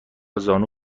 زانو